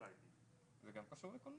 האחרונים זה לא קרה?